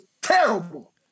Terrible